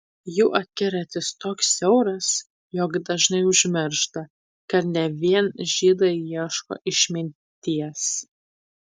jų akiratis toks siauras jog dažnai užmiršta kad ne vien žydai ieško išminties